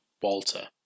Walter